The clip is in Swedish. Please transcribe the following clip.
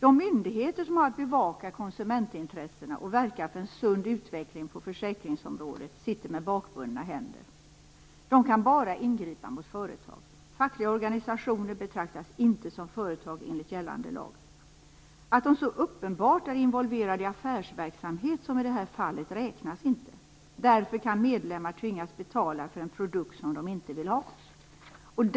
De myndigheter som har att bevaka konsumentintressena och verka för en sund utveckling på försäkringsområdet sitter med bakbundna händer. De kan bara ingripa mot företag. Fackliga organisationer betraktas inte som företag enligt gällande lag. Att de så uppenbart är involverade i affärsverksamhet som i det här fallet räknas inte. Därför kan medlemmar tvingas betala för en produkt som de inte vill ha.